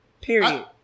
Period